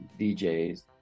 DJs